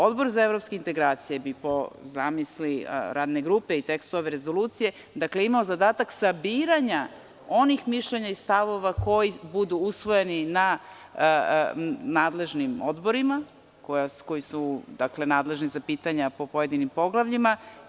Odbor za evropske integracije bi po zamisli radne grupe i tekstu rezolucije, imao zadatak sabiranja onih mišljenja i stavova koji budu usvojeni na nadležnim odborima, koji su nadležni za pitanja po pojedinim poglavljima.